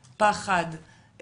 פחד,